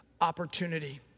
opportunity